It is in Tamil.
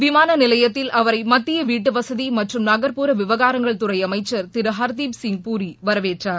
விமாள நிலையத்தில் அவரை மத்திய வீட்டுவசதி மற்றும் நகர்ப்புற விவகாரங்கள் துறை அமைச்சர் திரு ஹர்தீப் சிங் பூரி வரவேற்றார்